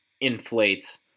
inflates